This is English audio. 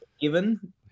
Given